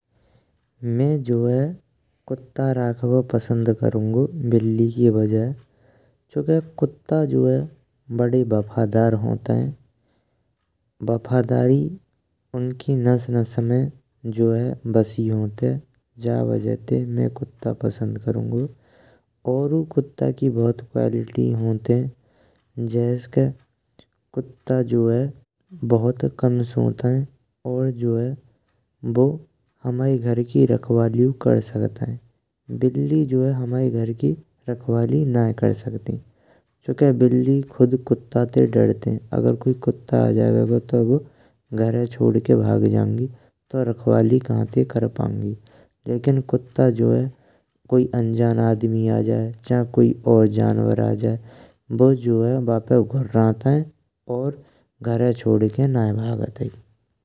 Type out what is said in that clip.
मैं जो है कुत्ता राखवो पसंद करुन्गो बिल्ली की वजह चुनके कुत्ता जो हैं बड़े वफादार हॉनतए। वफादारी जो है इनकी नस नस में बसी हॉनतए। जा वजह ते मैं कुत्ता पसंद करुन्गो और कुत्ता की बहुत क्वालिटी हॉनतए। जैस के कुत्ता जो हैं बहुत कम सॉंताईं और वो जो है ह्माये घर की रख-वालियु कर सकते हैं, बिल्ली जो है ह्माये घर-वालि नईये कर सकते हैं। चुनके बिल्ली खुद कुत्ता ते डरते हैं अगर कोई कुत्ता आ जाबेगो तो वो घरै छोड़ के भाग जाएंगी, तो रखवाली कहां ते कर पाएंगी। लेकिन कुत्ता जो है कोई अंजान आदमी आए जाए चाहे कोई और जानवर आए जाए, वो जो है बापे घुरते हैं और घरै छोड़ के नहीं भागते।